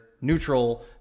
neutral